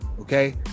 okay